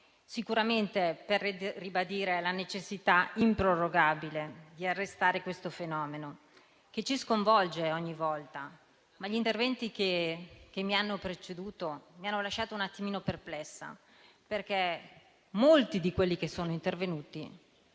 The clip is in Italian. sicuramente, la necessità improrogabile di arrestare questo fenomeno che ci sconvolge ogni volta. Gli interventi che mi hanno preceduto mi hanno lasciato perplessa. Molti di quelli che sono intervenuti